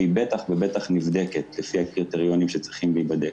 והיא בטח ובטח נבדקת לפי הקריטריונים שצריכים להיבדק.